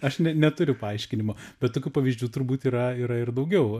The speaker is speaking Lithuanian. aš ne neturiu paaiškinimo bet tokių pavyzdžių turbūt yra yra ir daugiau